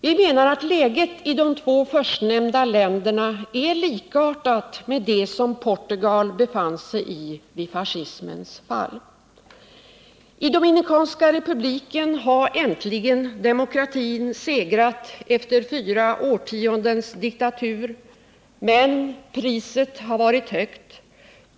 Vi anser att läget i de två förstnämnda länderna är likartat med det läge som Portugal befann sig i vid fascismens fall. I Dominikanska republiken har äntligen demokratin segrat efter fyra årtiondens diktatur, men priset har varit högt.